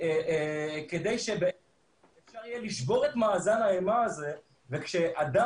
2.5 מיליון שקל שהוטלו ו-200,000